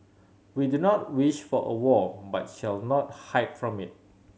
we do not wish for a war but shall not hide from it